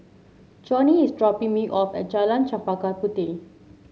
Joni is dropping me off at Jalan Chempaka Puteh